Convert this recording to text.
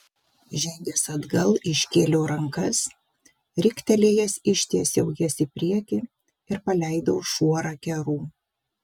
žengęs atgal iškėliau rankas riktelėjęs ištiesiau jas į priekį ir paleidau šuorą kerų